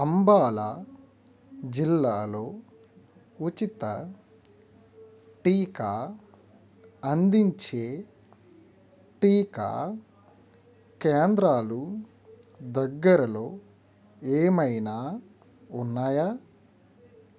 అంబాలా జిల్లాలో ఉచిత టీకా అందించే టీకా కేంద్రాలు దగ్గరలో ఏమైనా ఉన్నాయా